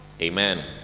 Amen